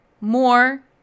more